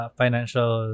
financial